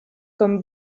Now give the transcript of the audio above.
comme